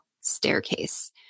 staircase